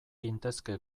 gintezke